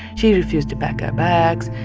she refused to pack her bags.